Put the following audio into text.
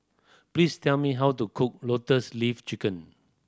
please tell me how to cook Lotus Leaf Chicken